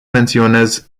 menționez